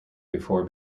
before